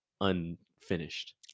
unfinished